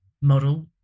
model